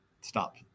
stop